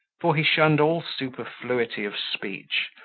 for he shunned all superfluity of speech,